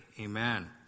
Amen